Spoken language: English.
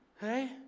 Hey